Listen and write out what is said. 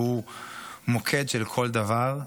שהוא מוקד של כל דבר,